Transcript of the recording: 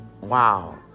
Wow